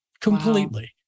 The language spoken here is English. completely